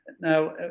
Now